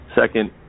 Second